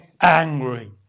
angry